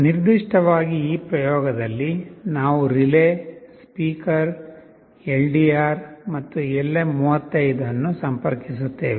ನಿರ್ದಿಷ್ಟವಾಗಿ ಈ ಪ್ರಯೋಗದಲ್ಲಿ ನಾವು ರಿಲೇ ಸ್ಪೀಕರ್ LDR ಮತ್ತು LM35 ಅನ್ನು ಸಂಪರ್ಕಿಸುತ್ತೇವೆ